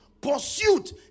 Pursuit